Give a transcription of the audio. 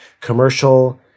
commercial